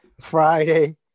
Friday